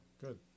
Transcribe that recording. Good